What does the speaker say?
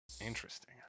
Interesting